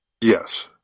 Yes